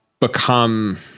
become